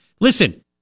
listen